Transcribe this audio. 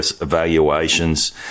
evaluations